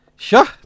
Sure